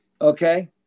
Okay